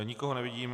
Nikoho nevidím.